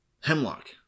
hemlock